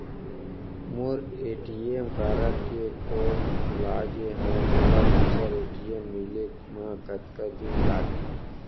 मोर ATM card के code भुला गे हव, मोला दूसर ए.टी.एम मिले म कतका दिन लागही?